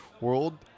world